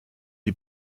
lui